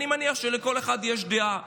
אני מניח שלכל אחד יש דעה.